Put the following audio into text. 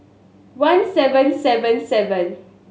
one seven seven seven